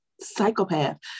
psychopath